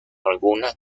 alguna